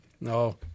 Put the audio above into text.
No